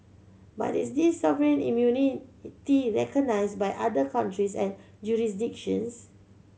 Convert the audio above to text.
but is this sovereign immunity recognised by other countries and jurisdictions